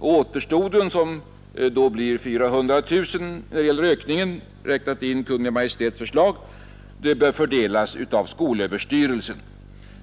Återstoden av ökningen blir, om jag räknar in den ökning som Kungl. Bidrag till de handi Maj:t föreslår, 400 000 kronor, och det beloppet bör fördelas av kappades kulturella verksamhet skolöverstyrelsen.